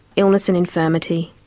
illness and infirmity.